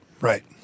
Right